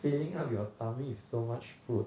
filling up your tummy with so much food